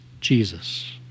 Jesus